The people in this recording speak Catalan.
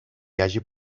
hagi